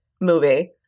movie